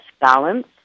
balance